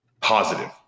positive